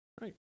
Right